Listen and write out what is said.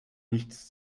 nichts